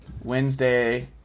wednesday